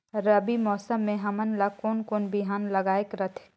रबी मौसम मे हमन ला कोन कोन बिहान लगायेक रथे?